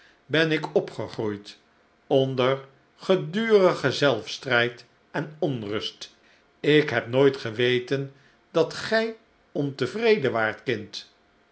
ben ik opgegroeid onder gedurigen zelfstrijd en onrust ik heb nooit geweten dat gij ontevreden waart kind